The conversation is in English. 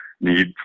need